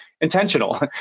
intentional